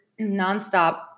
nonstop